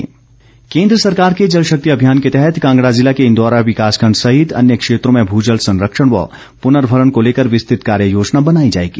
जल शक्ति केंद्र सरकार के जल शक्ति अभियान के तहत कांगड़ा जिला के इंदौरा विकास खंड सहित अन्य क्षेत्रों में भूजल संरक्षण व पुर्नभरण को लेकर विस्तृत कार्य योजना बनाई जाएगी